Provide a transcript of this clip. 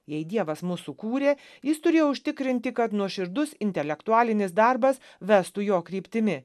jei dievas mus sukūrė jis turėjo užtikrinti kad nuoširdus intelektualinis darbas vestų jo kryptimi